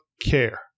care